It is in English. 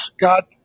God